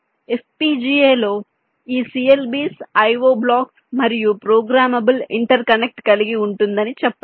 FPGA లో ఈ CLB's IO blocks మరియు ప్రోగ్రామబుల్ ఇంటర్కనెక్ట్ కలిగి ఉంటుందని చెప్పండి